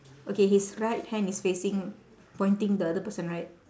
okay his right hand is facing pointing the the other person right